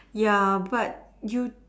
ya but you